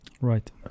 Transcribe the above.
right